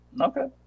Okay